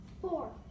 Four